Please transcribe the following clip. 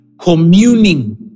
communing